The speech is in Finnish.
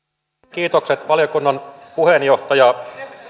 kiitokset valiokunnan puheenjohtaja